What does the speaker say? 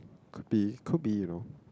could be could be you know